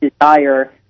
desire